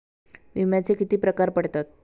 विम्याचे किती प्रकार पडतात?